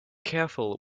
careful